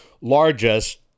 largest